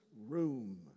room